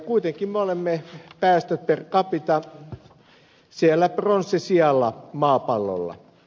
kuitenkin me olemme päästöissä per capita siellä pronssisijalla maapallolla